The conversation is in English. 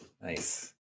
Nice